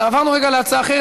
עברנו רגע להצעה אחרת.